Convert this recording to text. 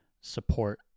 support